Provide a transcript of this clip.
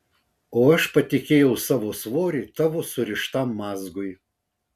o aš patikėjau savo svorį tavo surištam mazgui